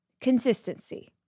Consistency